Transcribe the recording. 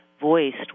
voiced